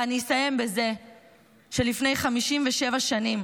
ואני אסיים בזה שלפני 57 שנים